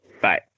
Bye